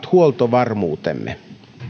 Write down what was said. huoltovarmuutemme